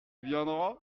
viendra